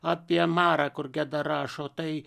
apie marą kur geda rašo tai